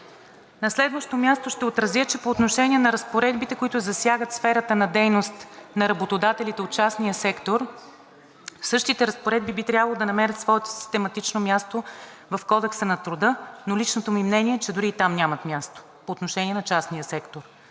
На следващо място, ще отразя, че по отношение на разпоредбите, които засягат сферата на дейност на работодателите от частния сектор, същите разпоредби би трябвало да намерят своето систематично място в Кодекса на труда, но личното ми мнение е, че дори и там нямат място по отношение на частния сектор.